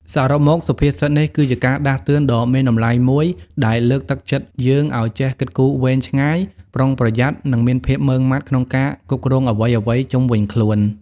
សរុបមកសុភាសិតនេះគឺជាការដាស់តឿនដ៏មានតម្លៃមួយដែលលើកទឹកចិត្តយើងឱ្យ ចេះគិតគូរវែងឆ្ងាយ ប្រុងប្រយ័ត្ន និងមានភាពម៉ឺងម៉ាត់ក្នុងការគ្រប់គ្រងអ្វីៗជុំវិញខ្លួន ។